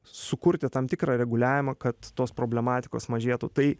sukurti tam tikrą reguliavimą kad tos problematikos mažėtų tai